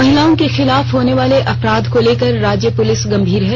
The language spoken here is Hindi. महिलाओं के खिलफ होनेवाले अपराध को लेकर राज्य पुलिस गंभीर है